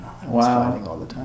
Wow